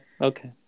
Okay